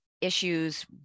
issues